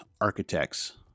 architects